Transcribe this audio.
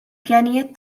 pjanijiet